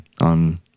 on